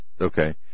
Okay